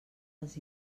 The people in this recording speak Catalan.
dels